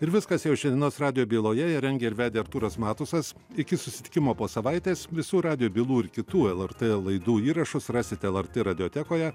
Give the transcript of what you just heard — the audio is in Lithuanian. ir viskas jau šiandienos radijo byloje ją rengė ir vedė artūras matusas iki susitikimo po savaitės visų radijo bylų ir kitų lrt laidų įrašus rasit lrt radiotekoje